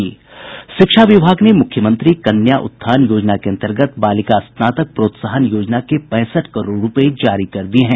शिक्षा विभाग ने मुख्यमंत्री कन्या उत्थान योजना के अन्तर्गत बालिका स्नातक प्रोत्साहन योजना के पैंसठ करोड़ रूपये जारी कर दिये हैं